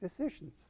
decisions